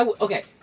Okay